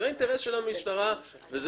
אני